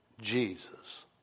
Jesus